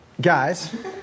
guys